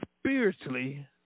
spiritually